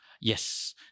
Yes